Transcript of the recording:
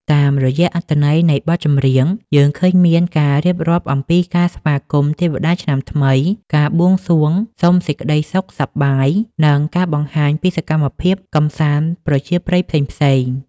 តាមរយៈអត្ថន័យនៃបទចម្រៀង យើងឃើញមានការរៀបរាប់អំពីការស្វាគមន៍ទេវតាឆ្នាំថ្មី ការបួងសួងសុំសេចក្តីសុខសប្បាយ និងការបង្ហាញពីសកម្មភាពកម្សាន្តប្រជាប្រិយផ្សេងៗ។